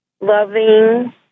Loving